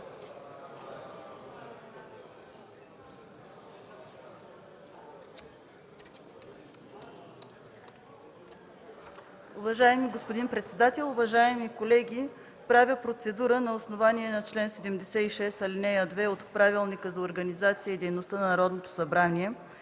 Уважаеми господин председател, уважаеми колеги! Правя процедура на основание чл. 76, ал. 2 от Правилника за организацията и дейността на Народното събрание